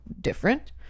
different